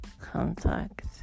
contact